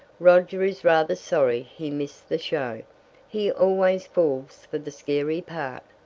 roger is rather sorry he missed the show he always falls for the scary part.